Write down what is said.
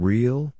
Real